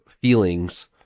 feelings